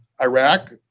iraq